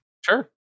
Sure